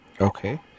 Okay